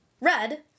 Red